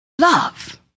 love